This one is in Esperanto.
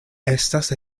estas